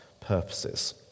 purposes